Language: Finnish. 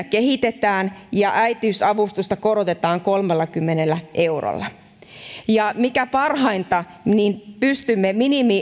kehitetään ja äitiysavustusta korotetaan kolmellakymmenellä eurolla ja mikä parhainta pystymme